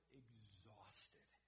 exhausted